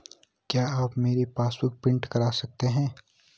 क्या आप मेरी पासबुक बुक एंट्री कर सकते हैं?